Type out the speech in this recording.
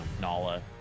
Nala